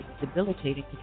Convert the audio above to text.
debilitating